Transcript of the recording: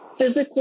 physically